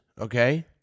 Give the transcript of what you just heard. okay